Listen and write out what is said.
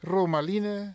Romaline